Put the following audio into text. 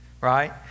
right